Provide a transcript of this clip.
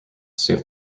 save